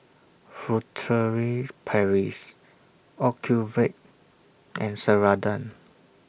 Furtere Paris Ocuvite and Ceradan